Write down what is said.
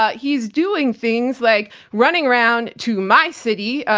ah he's doing things like running around to my city,